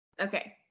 Okay